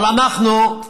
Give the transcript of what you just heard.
אבל אנחנו,